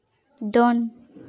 ᱫᱚᱱ